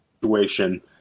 situation